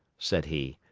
said he.